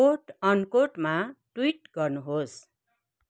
coat अनकोटमा tweet गर्नुहोस्